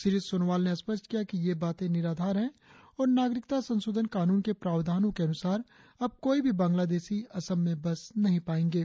श्री सोनोवाल ने स्पष्ट किया कि ये बातें निराधार हैं और नागरिकता संशोधन कानून के प्रावधानो के अनुसार अब कोई भी बंग्लादेशी असम में बस नहीं पायेंगे